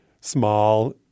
small